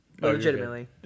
Legitimately